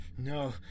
No